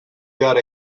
got